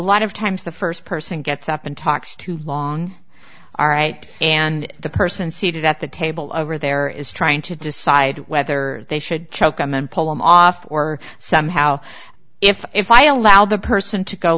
lot of times the first person gets up and talks too long all right and the person seated at the table over there is trying to decide whether they should choke i meant pull him off or somehow if if i allow the person to go